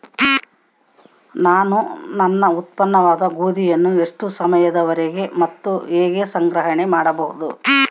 ನಾನು ನನ್ನ ಉತ್ಪನ್ನವಾದ ಗೋಧಿಯನ್ನು ಎಷ್ಟು ಸಮಯದವರೆಗೆ ಮತ್ತು ಹೇಗೆ ಸಂಗ್ರಹಣೆ ಮಾಡಬಹುದು?